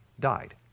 died